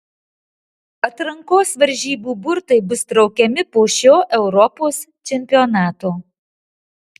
atrankos varžybų burtai bus traukiami po šio europos čempionato